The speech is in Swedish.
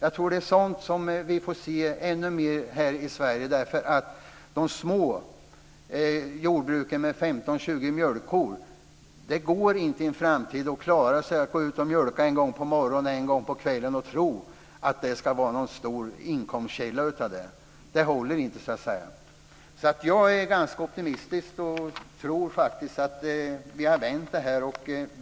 Jag tror att det är sådant som vi får se ännu mer av här i Sverige. När det gäller små jordbruk med 15-20 mjölkkor går det inte i en framtid att klara sig på att gå ut och mjölka en gång på morgonen och en gång på kvällen och tro att det ska vara någon stor inkomstkälla. Det håller inte. Jag är ganska optimistisk och tror faktiskt att vi har vänt det här.